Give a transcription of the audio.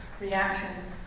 reactions